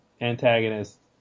antagonist